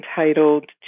entitled